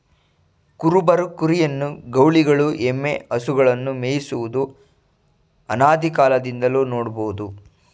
ಕುರುಬರು ಕುರಿಯನ್ನು, ಗೌಳಿಗಳು ಎಮ್ಮೆ, ಹಸುಗಳನ್ನು ಮೇಯಿಸುವುದು ಅನಾದಿಕಾಲದಿಂದಲೂ ನೋಡ್ಬೋದು